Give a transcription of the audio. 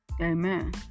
Amen